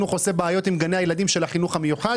עושה בעיות עם גני הילדים של החינוך המיוחד,